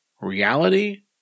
reality